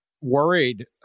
worried